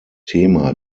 thema